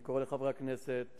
אני קורא לחברי הכנסת